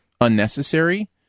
unnecessary